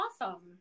awesome